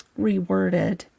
reworded